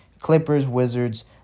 Clippers-Wizards